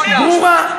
תגמרו את גושי היישובים.